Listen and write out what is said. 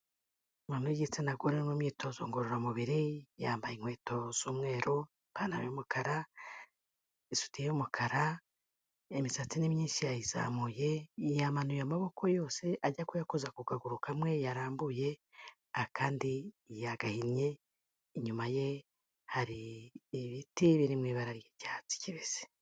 Umuntu w'igitsinagore uri mu myitozo ngororamubiri, yambaye inkweto z'umweru, ipantaro y'umukara, isutiye y'umukara, imisatsi ni myinshi yayizamuye, yamanuye amaboko yose ajya kuyakoza ku kaguru kamwe yarambuye, akandi yagahinnye, inyuma ye hari ibiti biri mu ibara ry'icyatsi kibisi.